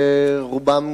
רובם